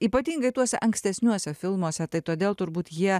ypatingai tuose ankstesniuose filmuose tai todėl turbūt jie